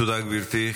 תודה, גברתי.